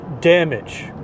damage